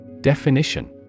Definition